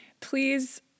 please